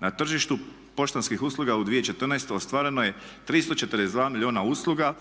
Na tržištu poštanskih usluga u 2014. ostvareno je 342 milijuna usluga